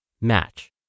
Match